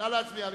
נא להצביע.